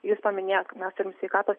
jūs paminėjot kad mes turim sveikatos